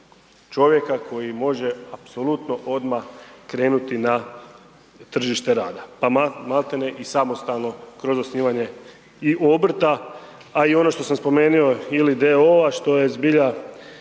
čovjeka koji može apsolutno odmah krenuti na tržište rada. Pa maltene i samostalno kroz osnivanje i obrta, a i ono što sam spomenuo ili d.o.o.-a, što je zbilja